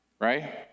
right